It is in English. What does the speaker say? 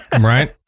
Right